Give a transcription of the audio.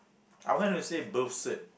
I want to say birth cert